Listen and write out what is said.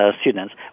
students